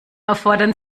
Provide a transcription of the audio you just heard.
erfordern